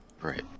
Right